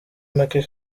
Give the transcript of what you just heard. make